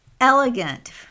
elegant